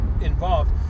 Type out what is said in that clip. involved